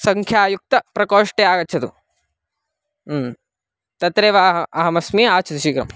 संख्यायुक्तप्रकोष्टे आगच्छतु ह्म् तत्रैव अहमस्मि आगच्छतु शीघ्रम्